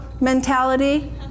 mentality